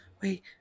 wait